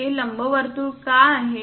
ते लंबवर्तुळ का आहे